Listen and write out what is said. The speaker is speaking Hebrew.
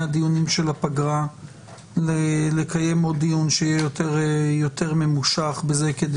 הדיונים של הפגרה לקיים עוד דיון שיהיה יותר ממושך כדי